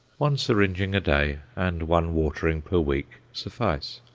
one syringing a day, and one watering per week suffice.